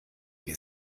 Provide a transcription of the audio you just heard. wir